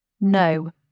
No